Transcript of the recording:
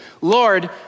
Lord